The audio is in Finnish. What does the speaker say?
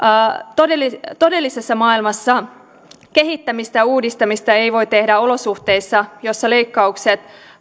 todellisessa maailmassa kehittämistä ja uudistamista ei voi tehdä olosuhteissa joissa leikkaukset